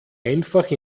einfach